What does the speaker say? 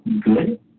good